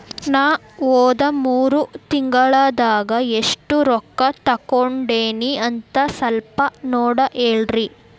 ನಾ ಹೋದ ಮೂರು ತಿಂಗಳದಾಗ ಎಷ್ಟು ರೊಕ್ಕಾ ತಕ್ಕೊಂಡೇನಿ ಅಂತ ಸಲ್ಪ ನೋಡ ಹೇಳ್ರಿ